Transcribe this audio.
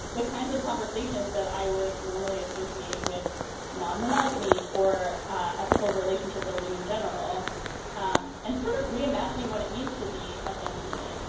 the kinds of conversations that i would normally associate with non monogamy or ah ethical relationship building in general um and sort of reimagining what it means to be a family unit.